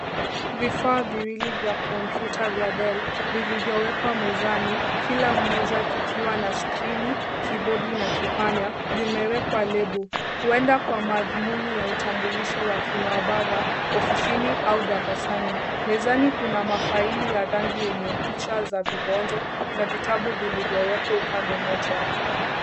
Vifaa viwili vya kompyuta vya Dell vilivyowekwa mezani, kila mmoja kikiwa na skrini, kibodi, na kipanya vimewekwa lebo. Huenda kwa madhumuni ya utambulisho wa kimaabara ofisini au darasani. Mezani kuna mafaili ya rangi yenye picha za vibonzo na vitabu vilivyowekwa upande mmoja.